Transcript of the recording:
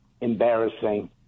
embarrassing